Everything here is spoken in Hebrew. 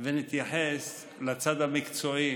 ונתייחס לצד המקצועי